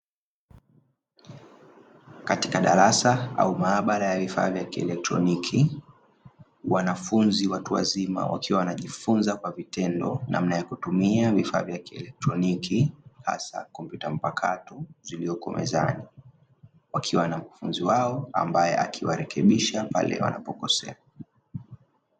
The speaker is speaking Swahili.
Katika darasa au maabara ya vifaa vya kielektroniki, wanafunzi watu wazima wakiwa wanajifunza kwa vitendo namna ya kutumia vifaa vya kielektroniki, hasa kompyuta mpakato zilizoko mezani, wakiwa na mkufunzi wao ambaye akiwarekebisha pale wakikosea.